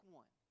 one